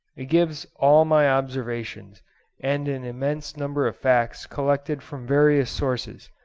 it gives all my observations and an immense number of facts collected from various sources,